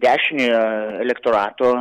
dešiniojo elektorato